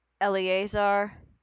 Eleazar